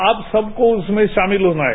आप सबको उसमें शामिल होना है